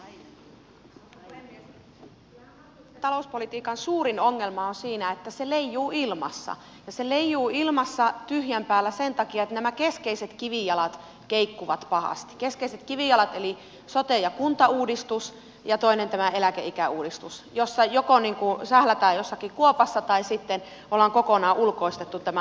kyllähän hallituksen talouspolitiikan suurin ongelma on siinä että se leijuu ilmassa ja se leijuu ilmassa tyhjän päällä sen takia että nämä keskeiset kivijalat keikkuvat pahasti keskeiset kivijalat eli sote ja kuntauudistus ja toinen tämä eläkeikäuudistus jossa joko sählätään jossakin kuopassa tai sitten ollaan kokonaan ulkoistettu tämä asian tekeminen